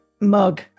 mug